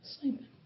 Sleeping